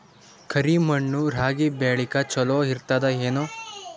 ಕರಿ ಮಣ್ಣು ರಾಗಿ ಬೇಳಿಗ ಚಲೋ ಇರ್ತದ ಏನು?